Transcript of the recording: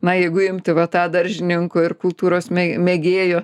na jeigu imti va tą daržininkų ir kultūros mėgėjų